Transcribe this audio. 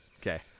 okay